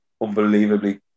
unbelievably